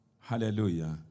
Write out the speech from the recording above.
hallelujah